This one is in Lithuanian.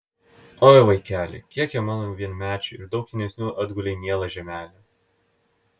oi vaikeli kiek jau mano vienmečių ir daug jaunesnių atgulė į mielą žemelę